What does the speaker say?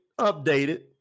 updated